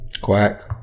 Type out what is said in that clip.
Quack